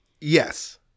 Yes